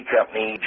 Company